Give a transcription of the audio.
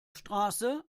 straße